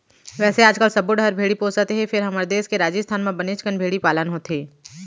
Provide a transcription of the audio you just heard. वैसे आजकाल सब्बो डहर भेड़ी पोसत हें फेर हमर देस के राजिस्थान म बनेच कन भेड़ी पालन होथे